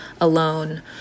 alone